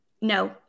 No